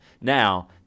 Now